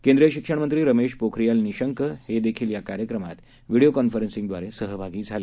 केंद्रीयशिक्षणमंत्रीरमेशपोखरियालनिशंकहीयाकार्यक्रमातव्हीडीओकॉन्फरन्सिंगद्वारेसहभागी झाले